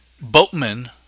boatman